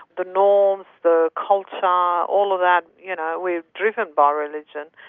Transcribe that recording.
the norms, the culture, ah all of that, you know, we're driven by religion.